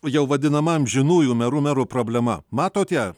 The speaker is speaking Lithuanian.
jau vadinama amžinųjų merų merų problema matot ją